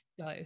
go